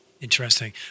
Interesting